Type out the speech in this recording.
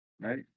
right